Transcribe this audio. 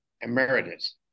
Emeritus